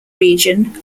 region